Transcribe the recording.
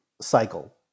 cycle